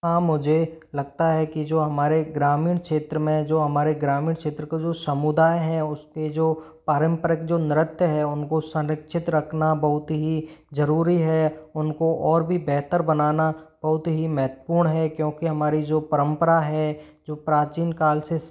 हाँ मुझे लगता है कि जो हमारे ग्रामीण क्षेत्र में जो हमारे ग्रामीण क्षेत्र को जो समुदाय है उसके जो पारंपरिक जो नृत्य है उनको संरक्षित रखना बहुत ही जरूरी है उनको और भी बेहतर बनाना बहुत ही महत्वपूर्ण है क्योंकि हमारी जो परंपरा है जो प्राचीनकाल से